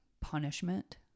Punishment